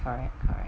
correct correct